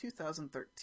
2013